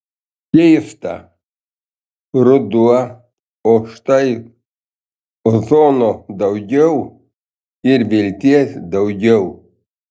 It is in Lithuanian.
keista ruduo o štai ozono daugiau ir vilties daugiau